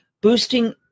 boosting